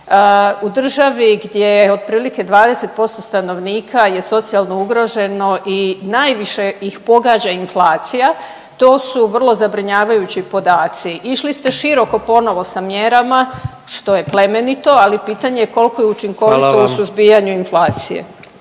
u državi gdje otprilike 20% stanovnika je socijalno ugroženo i najviše ih pogađa inflacija. To su vrlo zabrinjavajući podaci. Išli ste široko ponovo sa mjerama, što je plemenito, ali pitanje je koliko je učinkovito .../Upadica: